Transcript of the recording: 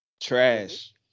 Trash